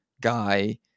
guy